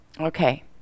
okay